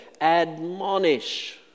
admonish